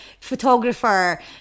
Photographer